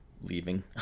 leaving